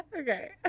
okay